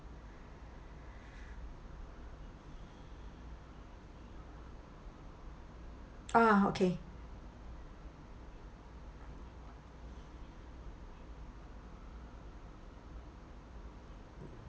ah okay